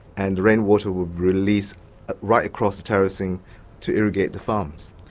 and rainwater would release right across the terracing to irrigate the farms.